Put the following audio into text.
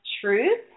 truth –